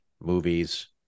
movies